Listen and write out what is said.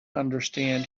understand